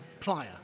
plier